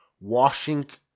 Washington